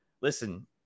Listen